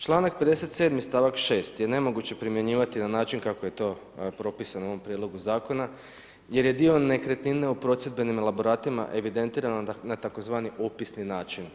Članak 57. stavak 6. je nemoguće primjenjivati na način kako je to propisano u ovom Prijedlogu zakona jer je dio nekretnine u procedbenim elaboratima evidentirano na tzv. opisni način.